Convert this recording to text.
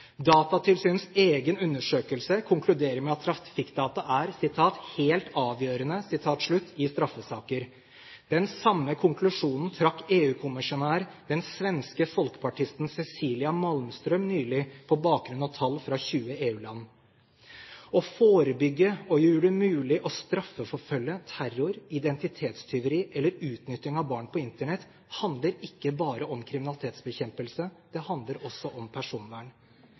Datatilsynets egen undersøkelse konkluderer med at trafikkdata er helt avgjørende i straffesaker. Den samme konklusjonen trakk EU-kommissær Cecilia Malmström, den svenske folkpartisten, nylig på bakgrunn av tall fra 20 EU-land. Å forebygge og gjøre det mulig å straffeforfølge terror, identitetstyveri eller utnytting av barn på Internett handler ikke bare om kriminalitetsbekjempelse. Det handler også om personvern.